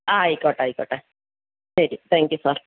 ആ ആയിക്കോട്ടെ ആയിക്കോട്ടെ ശരി താങ്ക് യൂ സാർ